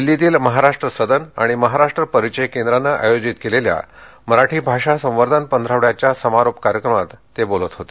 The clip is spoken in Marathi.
दिल्लीतील महाराष्ट्र सदन आणि महाराष्ट्र परिचय केंद्रानं आयोजित केलेल्या मराठी भाषा संवर्धन पंधरवड्याच्या समारोप कार्यक्रमात ते बोलत होते